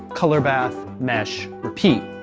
color bath, mesh, repeat.